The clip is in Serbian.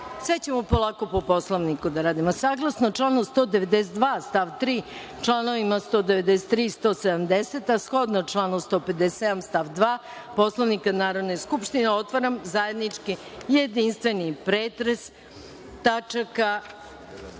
sve ćemo po Poslovniku da radimo. Saglasno članu 192. stav 3, čl. 193. i 170, a shodno članu 157. stav 2. Poslovnika Narodne skupštine, otvaram zajednički jedinstveni pretres tačaka